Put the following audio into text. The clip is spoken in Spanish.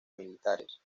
militares